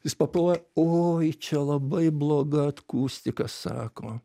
jis paploja oi čia labai bloga akustika sako